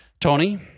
Tony